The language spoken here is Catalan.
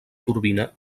turbina